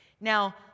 Now